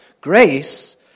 Grace